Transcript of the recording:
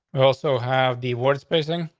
we also have the word spacing.